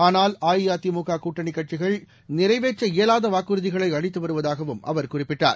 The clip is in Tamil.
ஆனால் அஇஅதிமுககூட்டணிகட்சிகள் நிறைவேற்ற இயலாதவாக்குறுதிகளைஅளித்துவருவதாகவும் அவர் குறிப்பிட்டார்